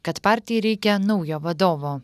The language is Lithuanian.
kad partijai reikia naujo vadovo